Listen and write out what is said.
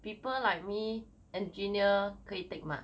people like me engineer 可以 take mah